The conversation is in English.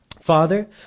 Father